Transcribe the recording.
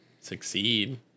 succeed